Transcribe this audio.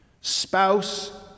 spouse